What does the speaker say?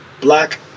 black